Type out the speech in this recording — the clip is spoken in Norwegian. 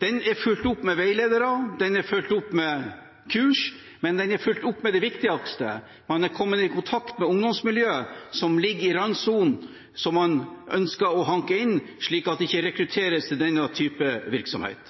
Den er fulgt opp med veiledere, den er fulgt opp med kurs, og den er fulgt opp med det viktigste – man har kommet i kontakt med ungdomsmiljøer som ligger i randsonen, som man ønsker å hanke inn, slik at de ikke rekrutterer til denne type virksomhet.